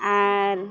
ᱟᱨ